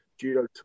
Judo